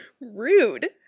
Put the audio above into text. Rude